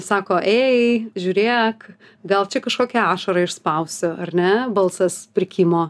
sako ei žiūrėk gal čia kažkokią ašarą išspausiu ar ne balsas prikimo